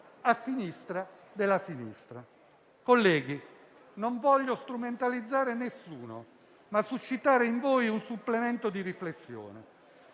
a sinistra della sinistra. Colleghi, non voglio strumentalizzare nessuno, ma suscitare in voi un supplemento di riflessione.